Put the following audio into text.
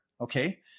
Okay